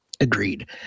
Agreed